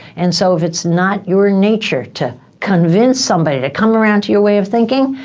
and so if it's not your nature to convince somebody to come around to your way of thinking,